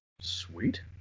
Sweet